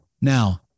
Now